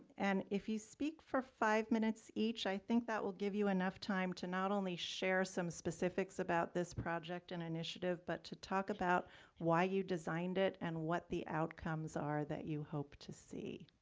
and if you speak for five minutes each, i think that will give you enough time to not only share some specifics about this project and initiative, but to talk about why you designed it and what the outcomes are that you hope to see.